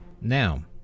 now